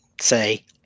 say